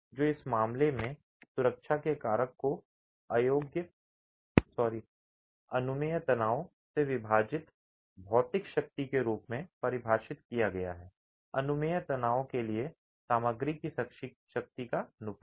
तो इस मामले में सुरक्षा के कारक को अनुमेय तनाव से विभाजित भौतिक शक्ति के रूप में परिभाषित किया गया है अनुमेय तनाव के लिए सामग्री की शक्ति का अनुपात